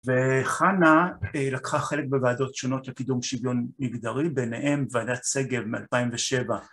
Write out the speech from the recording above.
וחנה לקחה חלק בוועדות שונות לקידום שוויון מגדרי, ביניהן ועדת סגב מ-2007